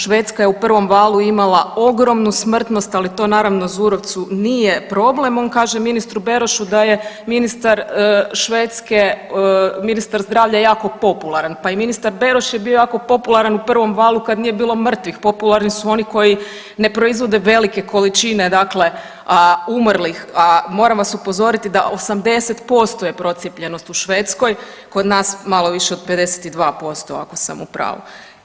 Švedska je u prvom valu imala ogromnu smrtnost, ali to naravno Zurovcu nije problem, on kaže ministru Berošu da je ministar Švedske, ministar zdravlja jako popularan, pa i ministar Beroš je bio jako popularan u prvom valu kad nije bilo mrtvih, popularni su oni koji je proizvode velike količine dakle umrlih, a moram sva upozoriti da 80% je procijepljenost u Švedskoj, kod nas malo više od 52% ako sam u pravu.